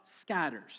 scatters